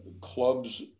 clubs